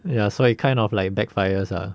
ya so it kind of like backfires ah